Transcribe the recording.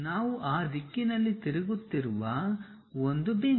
ನಾವು ಆ ದಿಕ್ಕಿನಲ್ಲಿ ತಿರುಗುತ್ತಿರುವ ಒಂದು ಬಿಂದು